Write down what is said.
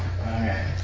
okay